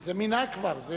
זה מנהג כבר.